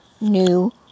new